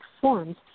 forms